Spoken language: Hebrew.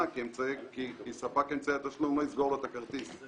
כי ספק אמצעי התשלום לא יסגור לו את הכרטיס.